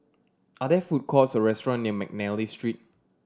are there food courts or restaurant near McNally Street